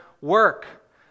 work